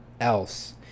else